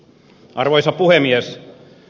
arvoisa puhemies